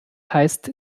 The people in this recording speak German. heißt